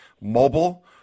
mobile